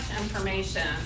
information